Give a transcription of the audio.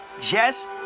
jess